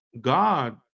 God